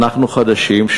אנחנו חדשים,